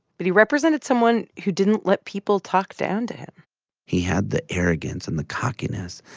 but he represented someone who didn't let people talk down to him he had the arrogance and the cockiness,